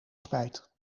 spijt